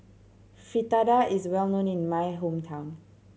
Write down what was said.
fritada is well known in my hometown